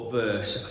verse